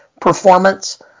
performance